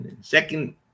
Second